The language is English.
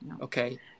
okay